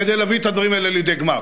כדי להביא את הדברים האלה לידי גמר.